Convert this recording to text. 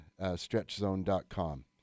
StretchZone.com